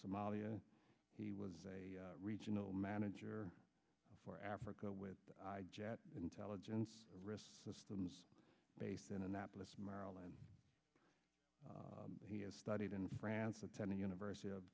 somalia he was a regional manager for africa with intelligence systems based in annapolis maryland he has studied in france attending university of